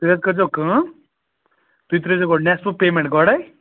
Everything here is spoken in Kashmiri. تُہۍ حظ کٔرۍزیٚو کٲم تُہۍ ترٛٲوزیٚو گۄٚڈٕ نٮ۪صف پیمٮ۪نٛٹ گۄڈَے